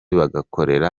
bagakorera